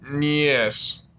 Yes